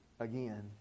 Again